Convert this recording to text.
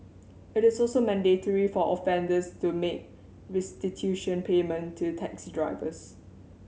it is also mandatory for offenders to make restitution payment to taxi drivers